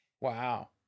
Wow